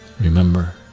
remember